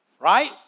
right